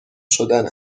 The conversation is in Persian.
شدن